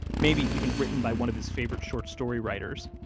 maybe even written by one of his favorite short story writers.